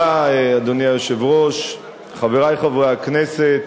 אדוני היושב-ראש, תודה, חברי חברי הכנסת,